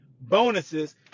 Bonuses